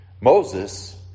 Moses